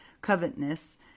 covetousness